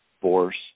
force